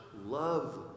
love